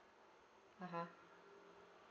(uh huh)